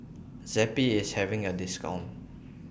Zappy IS having A discount